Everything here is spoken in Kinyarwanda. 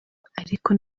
ariko